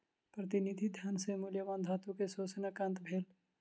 प्रतिनिधि धन सॅ मूल्यवान धातु के शोषणक अंत भेल